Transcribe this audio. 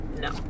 No